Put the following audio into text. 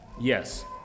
Yes